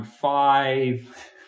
Five